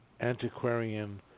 antiquarian